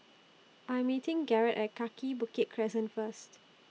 I'm meeting Garrett At Kaki Bukit Crescent First